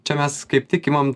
čia mes kaip tik imam